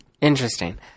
Interesting